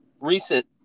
recent